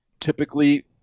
typically